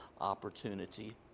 opportunity